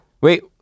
Wait